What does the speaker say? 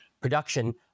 production